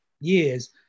years